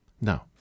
Now